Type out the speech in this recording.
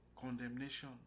Condemnation